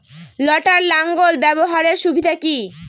লটার লাঙ্গল ব্যবহারের সুবিধা কি?